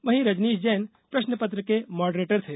वहीं रजनीश जैन प्रश्नपत्र के मॉडरेटर थे